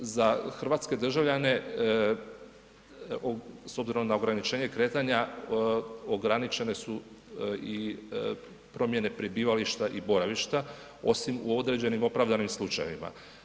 Za hrvatske državljane s obzirom na ograničenje kretanja ograničene su i promjene prebivališta i boravišta osim u određenim opravdanim slučajevima.